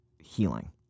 healing